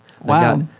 Wow